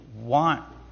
want